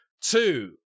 Two